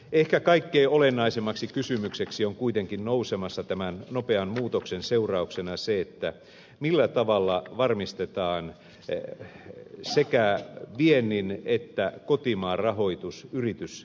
ehkä kaikkein olennaisimmaksi kysymykseksi on kuitenkin nousemassa tämän nopean muutoksen seurauksena se millä tavalla varmistetaan sekä viennin että kotimaan rahoitus yrityssektorissa